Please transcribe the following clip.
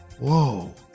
Whoa